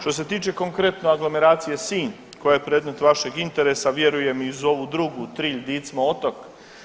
Što se tiče konkretno aglomeracije Sinj koja je predmet vašeg interesa, vjerujem i uz ovu drugu Trilj-Dicmo-Otok.